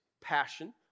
passion